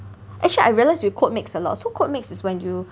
actually I realise we code mix a lot so code mix is when you